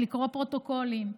לקרוא פרוטוקולים,